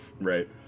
Right